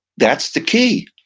that's the key.